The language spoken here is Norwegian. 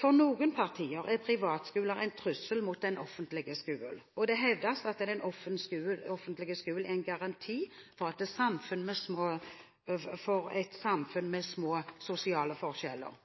For noen partier er privatskoler en trussel mot den offentlige skolen, og det hevdes at den offentlige skolen er en garanti for et samfunn med små sosiale forskjeller.